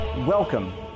Welcome